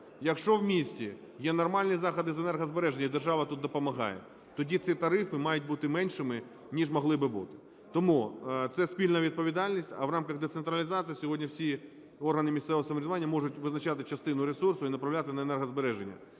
Якщо в місті є нормальні заходи з енергозбереження, держава тут допомагає. Тоді ці тарифи мають бути меншими, ніж могли би бути. Тому це спільна відповідальність, а в рамках децентралізації сьогодні всі органи місцевого самоврядування можуть визначати частину ресурсу і направляти на енергозбереження.